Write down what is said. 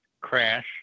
crash